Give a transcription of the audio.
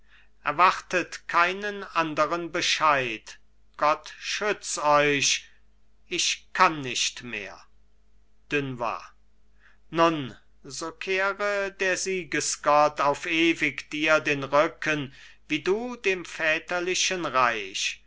erwartet keinen anderen bescheid gott schütz euch ich kann nicht mehr dunois nun so kehre der siegesgott auf ewig dir den rücken wie du dem väterlichen reich